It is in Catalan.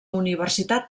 universitat